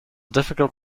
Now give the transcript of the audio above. difficult